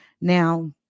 Now